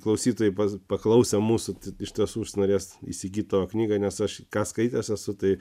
klausytojai pa paklausę mūsų iš tiesų užnorės įsigyti knygą nes aš ką skaitęs esu tai